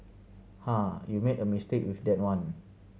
ha you made a mistake with that one